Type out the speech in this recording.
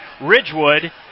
Ridgewood